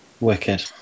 Wicked